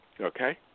Okay